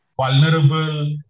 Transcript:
vulnerable